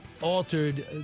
altered